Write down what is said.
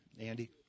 Andy